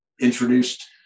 introduced